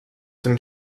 den